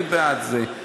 אני בעד זה.